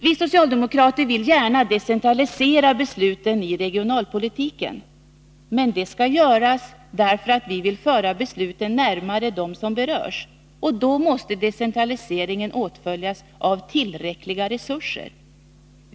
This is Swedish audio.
Vi socialdemokrater vill gärna decentralisera besluten i regionalpolitiken, men det skall göras därför att vi vill föra besluten närmare dem som berörs, och då måste decentraliseringen åtföljas av tillräckliga resurser.